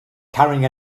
carrying